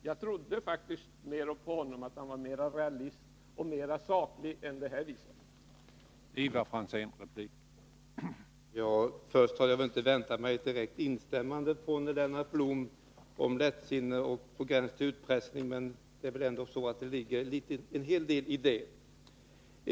Jag trodde faktiskt att Ivar Franzén var mera realistisk och saklig än vad detta inlägg visade.